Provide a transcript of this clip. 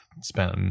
spent